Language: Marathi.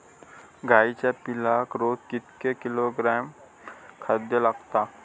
गाईच्या पिल्लाक रोज कितके किलोग्रॅम खाद्य लागता?